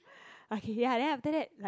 okay ya then after that like